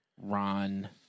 Ron